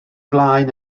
flaen